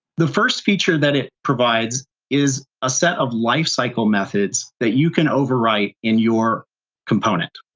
the first feature that it provides is a set of life cycle methods that you can overwrite in your component,